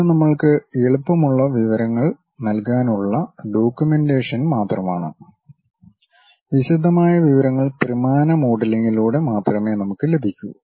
ഇവ നമ്മൾക്ക് എളുപ്പമുള്ള വിവരങ്ങൾ നൽകാനുള്ള ഡോക്യുമെന്റേഷൻ മാത്രമാണ് വിശദമായ വിവരങ്ങൾ ത്രിമാന മോഡലിംഗിലൂടെ മാത്രമേ നമുക്ക് ലഭിക്കൂ